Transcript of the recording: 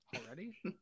Already